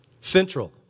Central